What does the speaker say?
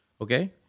Okay